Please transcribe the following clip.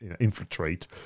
infiltrate